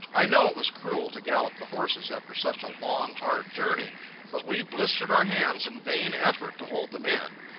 i know it was cruel to gallop the horses after such a long, hard journey but we blistered our hands in vain effort to hold them in.